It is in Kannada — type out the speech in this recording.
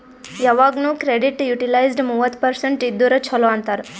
ಯವಾಗ್ನು ಕ್ರೆಡಿಟ್ ಯುಟಿಲೈಜ್ಡ್ ಮೂವತ್ತ ಪರ್ಸೆಂಟ್ ಇದ್ದುರ ಛಲೋ ಅಂತಾರ್